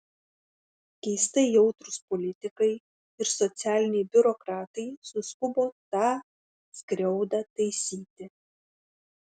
keistai jautrūs politikai ir socialiniai biurokratai suskubo tą skriaudą taisyti